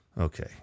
Okay